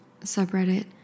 subreddit